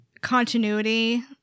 continuity